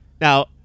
Now